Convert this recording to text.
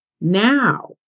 Now